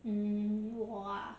mm 我啊